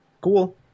cool